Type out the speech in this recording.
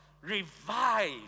revive